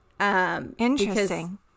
Interesting